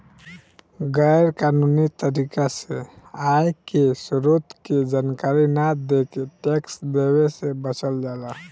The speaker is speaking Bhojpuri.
गैर कानूनी तरीका से आय के स्रोत के जानकारी न देके टैक्स देवे से बचल जाला